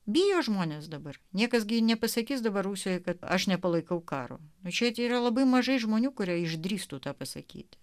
bijo žmonės dabar niekas gi nepasakys dabar rusijoje kad aš nepalaikau karo mačiau ir labai mažai žmonių kurie išdrįstų to pasakyti